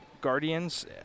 Guardians